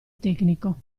tecnico